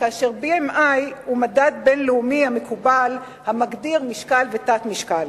BMI הוא מדד בין-לאומי מקובל המגדיר תת-משקל.